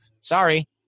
Sorry